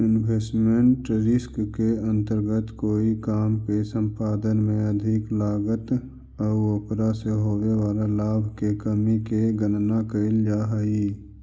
investment risk के अंतर्गत कोई काम के संपादन में अधिक लागत आउ ओकरा से होवे वाला लाभ के कमी के गणना कैल जा हई